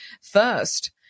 first